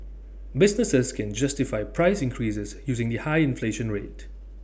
businesses can justify price increases using the high inflation rate